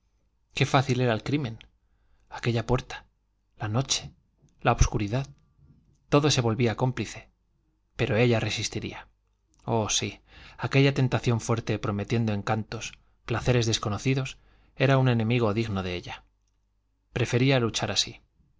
qué fácil era el crimen aquella puerta la noche la obscuridad todo se volvía cómplice pero ella resistiría oh sí aquella tentación fuerte prometiendo encantos placeres desconocidos era un enemigo digno de ella prefería luchar así